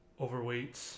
overweight